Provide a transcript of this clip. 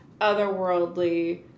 otherworldly